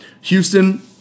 Houston